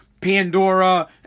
Pandora